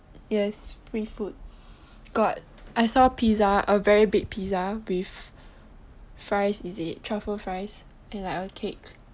yes free food got I saw pizza a very big pizza with fries is it truffle fries and like a cake